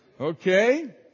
Okay